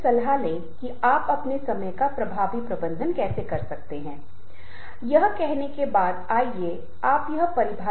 मान लीजिए कि आप एक अंतर्राष्ट्रीय सम्मेलन में प्रस्तुति देने जा रहे हैं और इसकी तैयारी के लिए आपके पास एक महीने का समय है